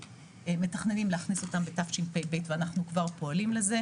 מתכננים להכניס אותן בתשפ"ב ואנחנו כבר פועלים לזה,